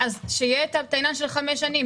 שתהיה הטענה של חמש שנים.